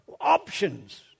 options